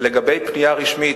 לגבי פנייה רשמית,